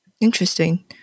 Interesting